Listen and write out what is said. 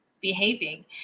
behaving